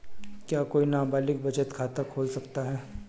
क्या कोई नाबालिग बचत खाता खोल सकता है?